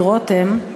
אילן גילאון ודוד רותם,